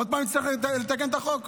עוד פעם נצטרך לתקן את החוק?